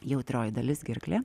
jautrioji dalis gerklė